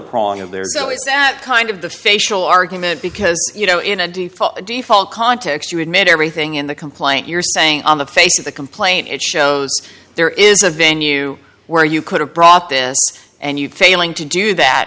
prong of their so is that kind of the facial argument because you know in a d for d fall context you admit everything in the complaint you're saying on the face of the complaint it shows there is a venue where you could have brought this and you failing to do that